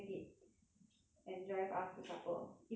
and drive us to supper even tonight also can